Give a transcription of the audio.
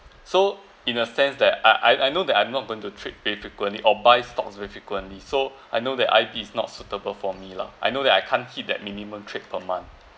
so in a sense that I I I know that I'm not going to trade very frequently or buys stocks very frequently so I know that I_T is not suitable for me lah I know that I can't hit that minimum trade per month